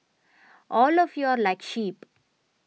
all of you are like sheep